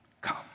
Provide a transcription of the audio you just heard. Come